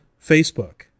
Facebook